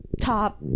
top